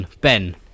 Ben